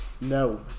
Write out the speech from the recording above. no